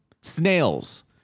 Snails